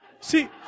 See